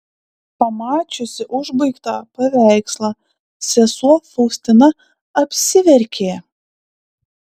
pamačiusi užbaigtą paveikslą sesuo faustina apsiverkė